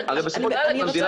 בסופו של דבר אנחנו מדינת חוק.